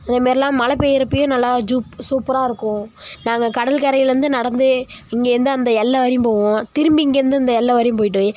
அதேமாரிலாம் மழ பெய்யறப்பையும் நல்லா ஜூப் சூப்பராக இருக்கும் நாங்கள் கடற்கரையிலருந்து நடந்தே இங்கேயிருந்து அந்த எல்லை வரையும் போவோம் திரும்பி இங்கேயிருந்து அந்த எல்லை வரையும் போயிட்டு